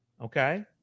Okay